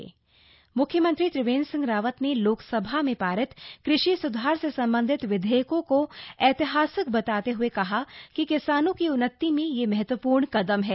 CM कृषि विधेयक मुख्यमंत्री त्रिवेन्द्र सिंह रावत ने लोकसभा में पारित कृषि सुधार से संबंधित विधेयकों को ऐतिहासिक बताते ह्ए कहा कि किसानों की उन्नति में ये महत्वपूर्ण कदम है